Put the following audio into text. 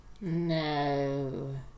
No